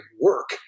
work